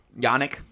Yannick